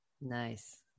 Nice